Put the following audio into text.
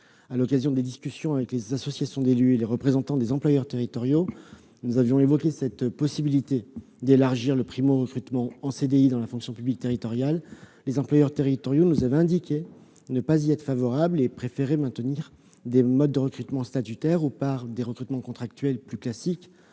À l'occasion de nos discussions avec les associations d'élus et les représentants des employeurs territoriaux, nous avions évoqué l'éventualité d'élargir les possibilités de primo-recrutement en CDI dans la fonction publique territoriale. Les employeurs territoriaux nous avaient alors indiqué ne pas y être favorables : ils préféraient s'en tenir à des modes de recrutement statutaires ou à des recrutements contractuels plus classiques,